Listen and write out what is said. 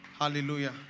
Hallelujah